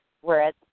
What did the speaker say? whereas